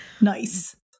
Nice